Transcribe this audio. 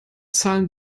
zahlen